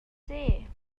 ser